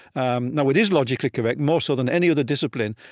um now it is logically correct more so than any other discipline,